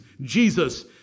Jesus